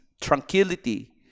tranquility